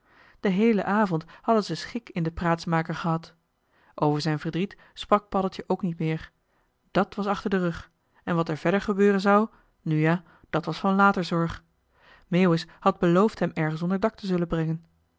den heelen avond hadden ze schik in den praatsmaker gehad over zijn verdriet sprak paddeltje ook niet meer dàt was achter den rug en wat er verder gebeuren zou nu ja dat was van later zorg meeuwis had beloofd hem ergens onder dak te zullen brengen